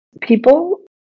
people